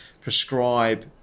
prescribe